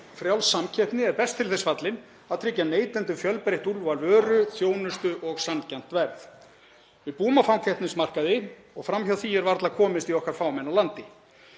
Frjáls samkeppni er best til þess fallin að tryggja neytendum fjölbreytt úrval vöru og þjónustu og sanngjarnt verð. Við búum á fákeppnismarkaði en fram hjá því er varla komist í okkar fámenna landi.